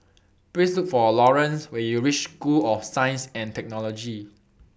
Please Look For Laurance when YOU REACH School of Science and Technology